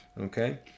okay